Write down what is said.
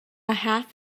half